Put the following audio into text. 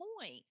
point